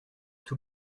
tous